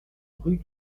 rue